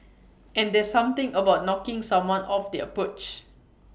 and there's something about knocking someone off their perch